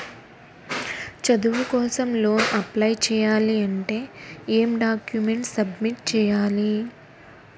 చదువు కోసం loan apply చేయాలి అంటే ఎం డాక్యుమెంట్స్ సబ్మిట్ చేయాలి?